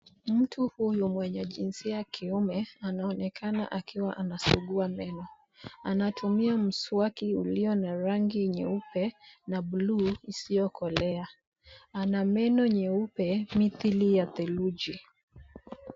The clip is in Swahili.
Mtu huyo mwenye jinsia ya kiume anaonekana akiwa anasugua meno. Anatumia mswaki ulio na rangi nyeupe na bluu isiyokolea. Ana meno nyeupe mithili ya theluji.